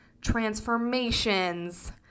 transformations